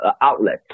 outlet